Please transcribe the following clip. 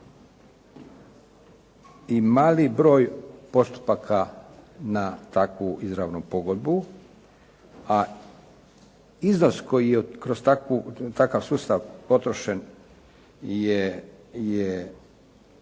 i mali broj postupaka na takvu izravnu pogodbu, a iznos koji je kroz takvu, takav sustav potrošen je